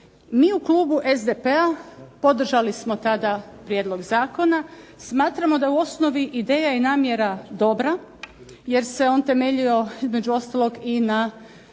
Mi u klubu SDP-a podržali smo tada prijedlog zakona. Smatramo da u osnovi ideja i namjera dobra, jer se on temeljio između ostalog i na